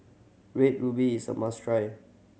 Red Ruby is a must try